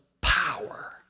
power